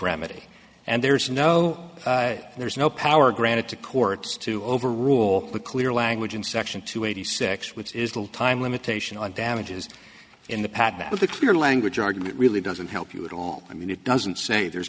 remedy and there's no there's no power granted to courts to overrule the clear language in section two eighty six which is the time limitation on damages in the patent with the clear language argument really doesn't help you at all i mean it doesn't say there's